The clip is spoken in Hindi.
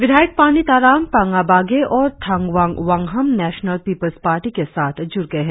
विधायक पानी ताराम पांडा बागे और थंगवांग वांगहम नेशनल पीपूल्स पार्टी के साथ जुड़ गए है